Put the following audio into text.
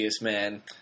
Man